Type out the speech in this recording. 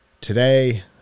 today